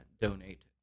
donate